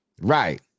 Right